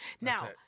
Now